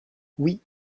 oui